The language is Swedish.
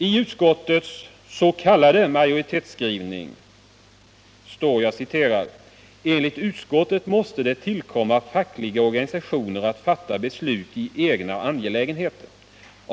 I utskottets s.k. majoritetsskrivning står: ”Enligt utskottet måste det tillkomma fackliga organisationer att fatta beslut i egna angelägenheter.